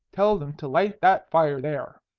tell them to light that fire there.